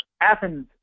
Athens